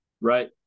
Right